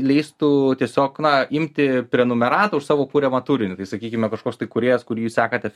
leistų tiesiog na imti prenumeratą už savo kuriamą turinį tai sakykime kažkoks tai kūrėjas kurį jūs sekate